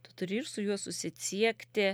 tu turi ir su juo susisiekti